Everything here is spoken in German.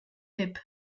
hip